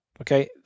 Okay